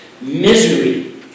misery